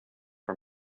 for